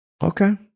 Okay